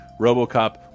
RoboCop